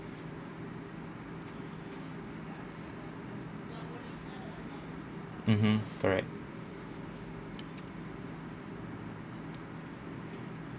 mmhmm correct